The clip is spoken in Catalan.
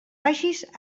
vagis